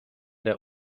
der